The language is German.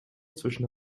zwischen